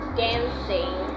dancing